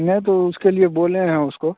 नहीं तो उसके लिए बोले हैं उसको